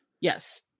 Yes